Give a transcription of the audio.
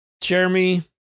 Jeremy